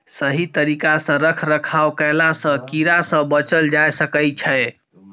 सही तरिका सँ रख रखाव कएला सँ कीड़ा सँ बचल जाए सकई छै